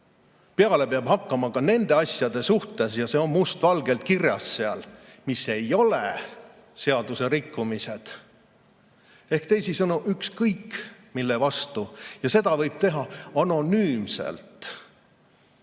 Peale peab hakkama [kaebama] ka nende asjade suhtes – ja see on must valgel seal kirjas –, mis ei ole seadusrikkumised. Ehk teisisõnu: ükskõik mille vastu. Ja seda võib teha anonüümselt.